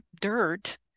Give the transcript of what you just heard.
dirt